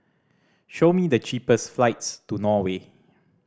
show me the cheapest flights to Norway